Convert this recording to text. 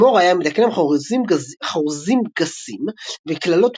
מור היה מדקלם חרוזים גסים וקללות מיניות,